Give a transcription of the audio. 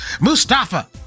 Mustafa